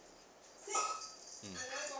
mm